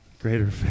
greater